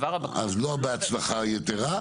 אז לא בהצלחה יתרה.